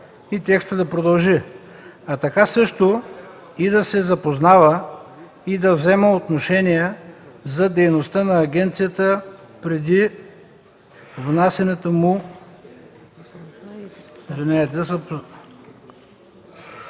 текстът да продължи: „а така също и да се запознава и да взема отношение за дейността на агенцията преди внасянето му”.